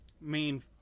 main